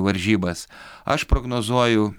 varžybas aš prognozuoju